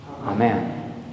Amen